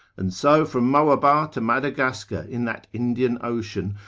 and so from moabar to madagascar in that indian ocean,